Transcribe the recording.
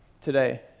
today